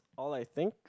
all I think